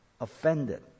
offended